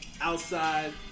outside